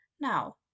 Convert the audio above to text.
Now